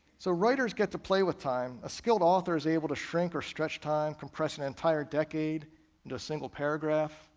so writers get to play with time. a skilled author is able to shrink or stretch time, compressing an entire decade into a single paragraph,